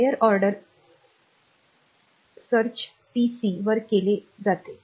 हाई order शोध PC वर केले जाते